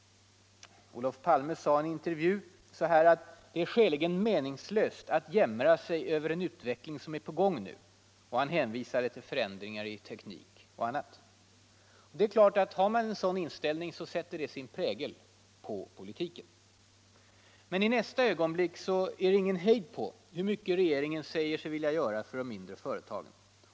Olof Palme sade i en intervju: ”Det är skäligen meningslöst att jämra sig över en utveckling som är på gång nu”, och han hänvisade till förändringar i teknik och annat. Och det är klart att har man en sådan inställning sätter det sin prägel på politiken. Men i nästa ögonblick är det ingen hejd på hur mycket regeringen säger sig vilja göra för de mindre företagen.